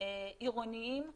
עירוניים בלבד.